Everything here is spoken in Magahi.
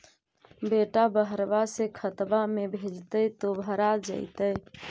बेटा बहरबा से खतबा में भेजते तो भरा जैतय?